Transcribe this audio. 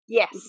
yes